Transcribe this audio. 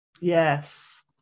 Yes